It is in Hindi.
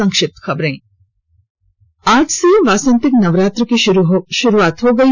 संक्षिप्त खबरें आज से वासंतिक नवरात्र की शुरूआत हो गई